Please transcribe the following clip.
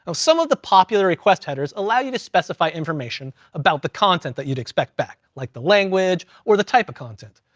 some of the popular request headers allow you to specify information about the content that you'd expect back like the language, or the type of content.